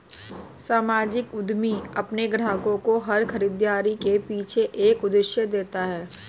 सामाजिक उद्यमी अपने ग्राहकों को हर खरीदारी के पीछे एक उद्देश्य देते हैं